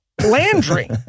Landry